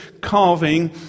carving